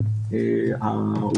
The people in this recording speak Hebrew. נכון.